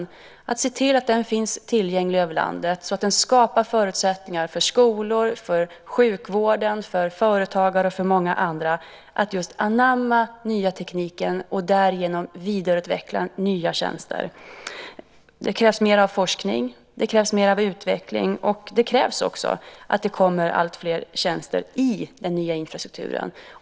Det gäller att se till att den finns tillgänglig över landet så att den skapar förutsättningar för skolor, sjukvård, företagare och många andra att anamma den nya tekniken och därigenom vidareutveckla nya tjänster. Det krävs mer forskning. Det krävs mer utveckling, och det krävs att det kommer alltfler tjänster i den nya infrastrukturen.